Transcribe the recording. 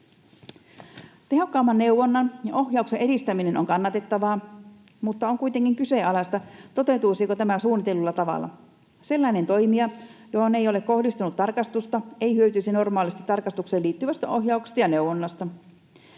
Tehokkaamman neuvonnan ja ohjauksen edistäminen on kannatettavaa, mutta on kuitenkin kyseenalaista, toteutuisiko tämä suunnitellulla tavalla. Sellainen toimija, johon ei ole kohdistunut tarkastusta, ei hyötyisi normaalisti tarkastukseen liittyvästä ohjauksesta ja neuvonnasta.